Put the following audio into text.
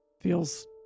feels